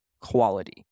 quality